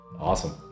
Awesome